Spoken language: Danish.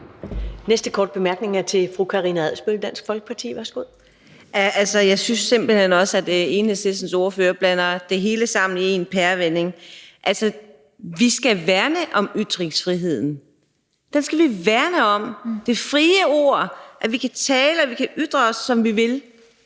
næste korte bemærkning er til fru Karina Adsbøl, Dansk Folkeparti. Værsgo. Kl. 10:59 Karina Adsbøl (DF): Jeg synes simpelt hen, at Enhedslistens ordfører blander det hele sammen i en pærevælling. Altså, vi skal værne om ytringsfriheden. Vi skal værne om det frie ord, og at vi kan tale og vi kan ytre os, som vi vil.